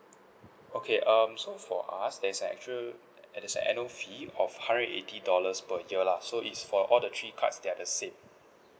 okay um so for us there's actually uh there's a annual fee of hundred eighty dollars per year lah so it's for all the three cards they are the same